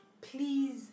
please